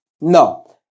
No